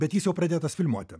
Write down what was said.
bet jis jau pradėtas filmuoti